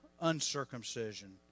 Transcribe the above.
uncircumcision